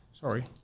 Sorry